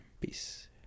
Peace